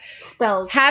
Spells